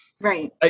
Right